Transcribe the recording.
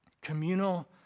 Communal